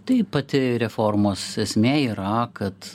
tai pati reformos esmė yra kad